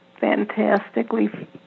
fantastically